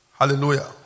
hallelujah